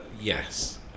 Yes